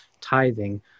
tithing